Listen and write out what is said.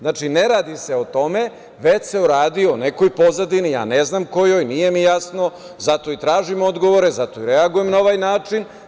Znači, ne radi se o tome, već se radi o nekoj pozadini, ja ne znam kojoj, nije mi jasno, zato i tražim odgovore, zato i reagujem na ovaj način.